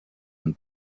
and